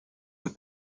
with